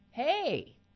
hey